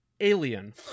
Alien